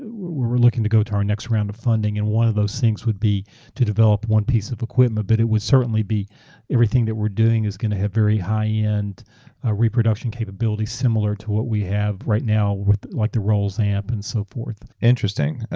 we're we're looking to go to our next round of funding, and one of those things would be to develop one piece of equipment, but it would certainly be everything that we're doing is going to have very high end ah reproduction capability similar to what we have right now like the rolls amp and so forth interesting,